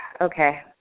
Okay